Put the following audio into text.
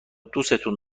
دوستون